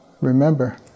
remember